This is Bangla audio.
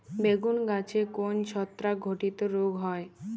বেগুন গাছে কোন ছত্রাক ঘটিত রোগ হয়?